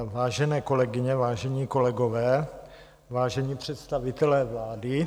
Vážené kolegyně, vážení kolegové, vážení představitelé vlády.